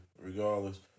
regardless